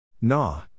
Nah